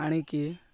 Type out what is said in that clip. ଆଣିକି